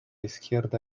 izquierda